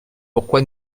pourquoi